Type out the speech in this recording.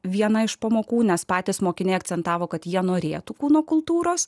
viena iš pamokų nes patys mokiniai akcentavo kad jie norėtų kūno kultūros